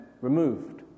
removed